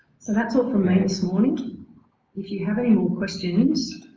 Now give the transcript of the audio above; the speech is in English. so that's all for me this morning if you have any more questions